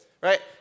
right